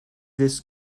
this